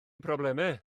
problemau